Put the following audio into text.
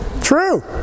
True